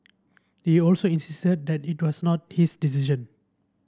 he also insisted that it was not his decision